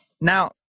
Now